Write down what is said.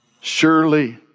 Surely